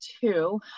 two